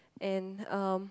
and um